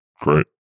Great